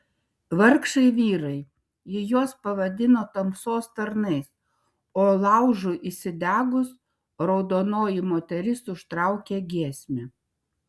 vargšai vyrai ji juos pavadino tamsos tarnais o laužui įsidegus raudonoji moteris užtraukė giesmę